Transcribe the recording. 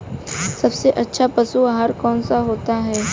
सबसे अच्छा पशु आहार कौन सा होता है?